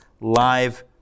live